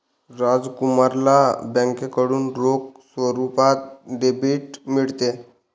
राजकुमारला बँकेकडून रोख स्वरूपात डेबिट मिळते